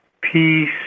peace